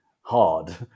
hard